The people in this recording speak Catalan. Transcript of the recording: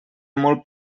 molt